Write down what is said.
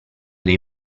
dei